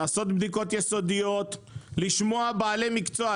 לעשות בדיקות יסודיות ולשמוע בעלי מקצוע.